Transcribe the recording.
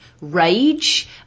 rage